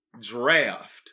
draft